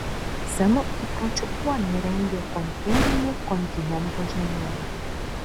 senu įpročiu uoliai rengė kontūrinį kontinento žemėlapį